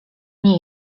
nie